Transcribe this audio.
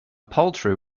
paltry